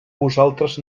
vosaltres